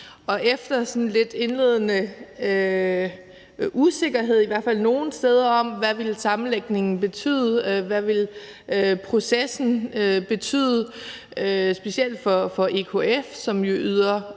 Efter lidt indledende usikkerhed – i hvert fald nogle steder – om, hvad sammenlægningen og processen vil betyde specielt for EKF, som jo yder